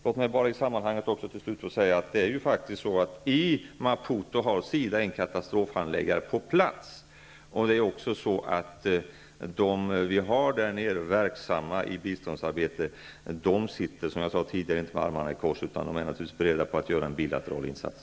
Låt mig också till slut säga att SIDA ju i Maputo faktiskt har en katastrofhandläggare på plats, och de vi har verksamma i biståndsarbete där nere sitter som jag sade tidigare inte med armarna i kors, utan de är naturligtvis beredda på att göra en bilateral insats.